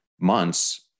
months